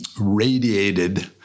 radiated